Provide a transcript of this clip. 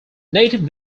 native